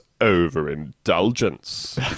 overindulgence